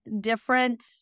different